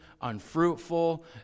unfruitful